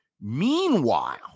Meanwhile